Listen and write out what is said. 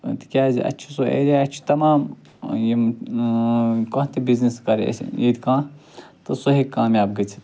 ٲں تِکیٛازِ اسہِ چھُ سُہ ایرِیا اسہِ چھُ تمام یِم ٲں کانٛہہ تہِ بِزنیٚس کَرِ اسہِ ییٚتہِ کانٛہہ تہٕ سُہ ہیٚکہِ کامیاب گٔژھِتھ